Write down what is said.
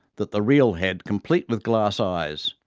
that the real head, complete with glass eyes,